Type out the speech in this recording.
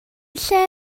lle